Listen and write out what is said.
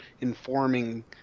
informing